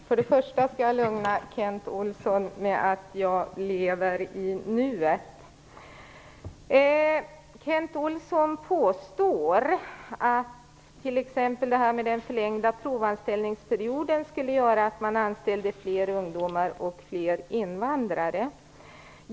Herr talman! Jag vill lugna Kent Olsson med att jag lever i nuet. Kent Olsson påstår att den förlängda provanställningsperioden skulle göra att man anställde fler ungdomare och invandrare.